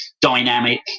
dynamic